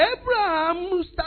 Abraham